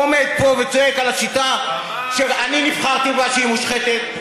הוא עומד פה וצועק על השיטה שאני נבחרתי בה שהיא מושחתת.